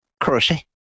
Crochet